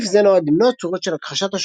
סעיף זה נועד למנוע צורות שונות של הכחשת